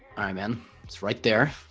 man it's right there